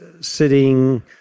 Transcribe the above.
sitting